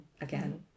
again